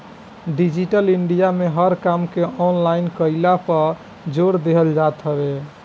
digital India में हर काम के ऑनलाइन कईला पअ जोर देहल जात हवे